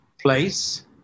place